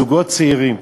זוגות צעירים,